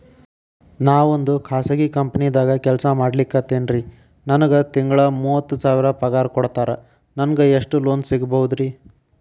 ನಾವೊಂದು ಖಾಸಗಿ ಕಂಪನಿದಾಗ ಕೆಲ್ಸ ಮಾಡ್ಲಿಕತ್ತಿನ್ರಿ, ನನಗೆ ತಿಂಗಳ ಮೂವತ್ತು ಸಾವಿರ ಪಗಾರ್ ಕೊಡ್ತಾರ, ನಂಗ್ ಎಷ್ಟು ಲೋನ್ ಸಿಗಬೋದ ರಿ?